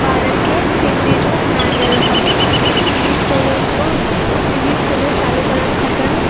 बारनि खे सिंधी जो ज्ञानु ॾियणो खपे सिंधी स्कूलनि जो सिंधी स्कूलूं चालू करणु खपनि